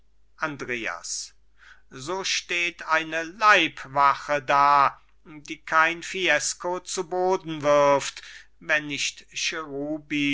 andreas so steht eine leibwache da die kein fiesco zu boden wirft wenn nicht